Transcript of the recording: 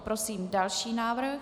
Prosím další návrh.